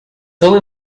sole